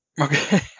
Okay